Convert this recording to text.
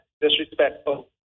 disrespectful